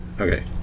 Okay